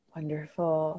Wonderful